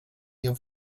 ihr